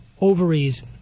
ovaries